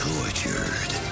Tortured